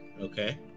Okay